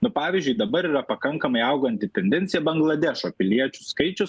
nu pavyzdžiui dabar yra pakankamai auganti tendencija bangladešo piliečių skaičius